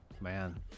man